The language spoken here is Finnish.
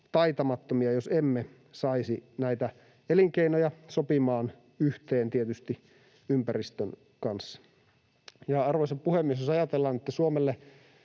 taitamattomia, jos emme saisi näitä elinkeinoja sopimaan yhteen ympäristön kanssa. Arvoisa puhemies! Jos ajatellaan, että Suomelle